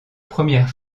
première